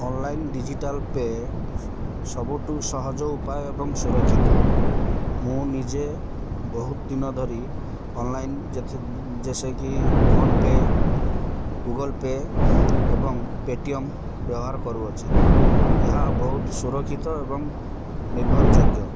online digital pay ସବୁଠୁ ସହଜ ଉପାୟ ଏବଂ ସୁରକ୍ଷିତ ମୁଁ ନିଜେ ବହୁତ ଦିନ ଧରି ଅନଲାଇନ୍ ଯେସେକି ଫୋନ୍ପେ ଗୁଗଲ୍ ପେ ଏବଂ ପେଟିଏମ୍ ବ୍ୟବହାର କରୁଅଛି ଏହା ବହୁତ ସୁରକ୍ଷିତ ଏବଂ ନିର୍ଭର ଯୋଗ୍ୟ